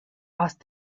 asked